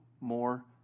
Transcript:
more